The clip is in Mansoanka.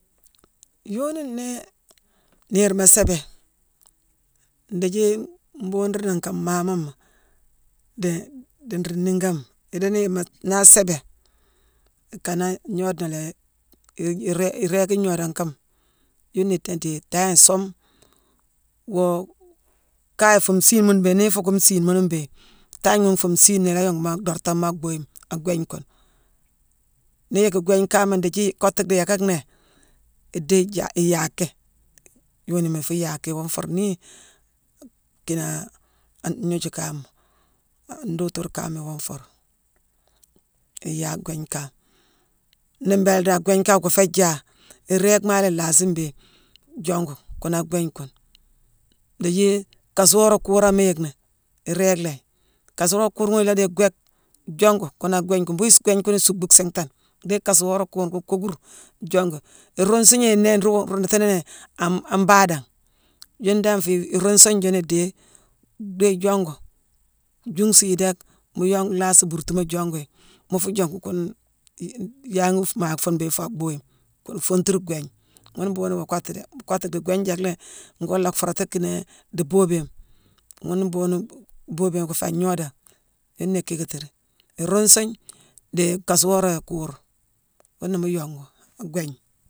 Yooni nii niirma séébé, ndiithi mbuuruuni nka maamama dii nruu niigame, idiini-mat-naa aséébé, ikane an gnoode léé i-i-irééki-gnoodane kame, yuuna taa ndééye: itangni isuume, woo kaye fuu nsiine mune mbéé. Nii ifuuku nsiine mune mbéé, tangne ghune mbéé fuu isiina naa ayongu dhoortami ak bhuyima ak gwéégne kune. Nii yick gwéégne kanghma ndiithi kottu dhii yéckack nnéé idhééye jaa-iyaa ki. Yooni ifuu yaa ki, iwoo nfuur nii kii naa an gnooju kaama an duutur kaama iwoo nfuur. Iyaa gwéégne kan. Nii mbéélé dan gwéégne kangh goo féé njaa, iréég maala ilaasi mbéé jongu ghuuna ak gwéégne kune. Ni yééye kasuuloré kuurangh mu yick ni, iréégh laa yi. Kasuulooré kuurma ila dééye gwééck, jongu kuuna gwéégne kune. Mbhuunghune gwéégne kune isuuckbu siinghtane, dhééye kasuuloré kuurma kookur jongu. Iruunsugne gnééye nnéé nroog-ruundutuni an-an baadangh, yune dan fuyi iruunsugne june idééye-dhééye jongu, juunsu yi déck mu yongu-lhaasi buurtuma jongu yi. Mu fuu jongu kune-i-yanghi maakh fuune mbéé faa bhuyima. Ghune fongtarune gwéégne. Ghune mbhuughune ma kottu déé. Mu kottu dhii gwéégne yack lhéé ngoo lhaa fuurati kinii dii boobiyooma. Ghune mbhuughune boobiyoone ngoo féé an gnoodangh. Yuuna ikiikatérine. Iruunsugne dii kaasuuloré kuur ghuuna mu yongu ak gwéégna.